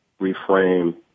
reframe